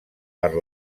per